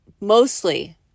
mostly